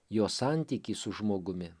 jo santykį su žmogumi